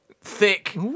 thick